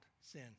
sin